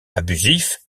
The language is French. abusif